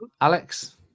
Alex